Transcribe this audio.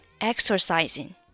exercising